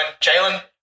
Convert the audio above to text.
Jalen